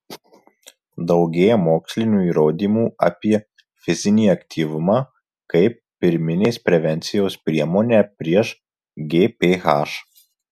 daugėja mokslinių įrodymų apie fizinį aktyvumą kaip pirminės prevencijos priemonę prieš gph